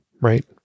right